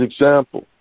example